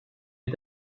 est